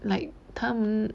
like 他们